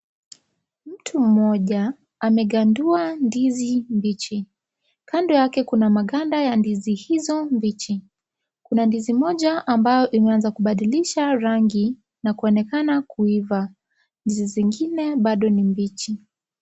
mtu mmoja amegandua ndizi mbichi. Kando yake kuna maganda ya ndizi hizo mbichi, kuna ndizi moja ambayo imeanza kubadilisha rangi na kuonekana kuiva. Ndizi zingine bado ni mbichi.